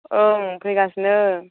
ओं फैगासिनो